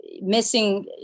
missing